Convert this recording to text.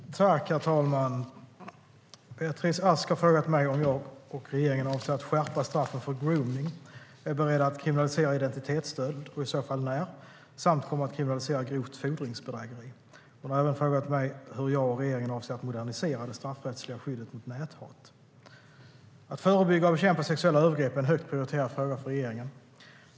Svar på interpellationer Herr talman! Beatrice Ask har frågat mig om jag och regeringen avser att skärpa straffen för gromning, är beredda att kriminalisera identitetsstöld och i så fall när samt kommer att kriminalisera grovt fordringsbedrägeri. Hon har även frågat mig hur jag och regeringen avser att modernisera det straffrättsliga skyddet mot näthat. Att förebygga och bekämpa sexuella övergrepp är en högt prioriterad fråga för regeringen.